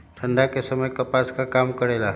ठंडा के समय मे कपास का काम करेला?